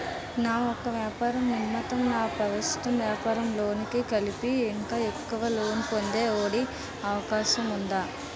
నా యెక్క వ్యాపార నిమిత్తం నా ప్రస్తుత వ్యాపార లోన్ కి కలిపి ఇంకా ఎక్కువ లోన్ పొందే ఒ.డి అవకాశం ఉందా?